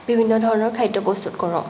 বিভিন্ন ধৰণৰ খাদ্য প্ৰস্তুত কৰোঁ